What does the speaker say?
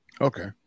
okay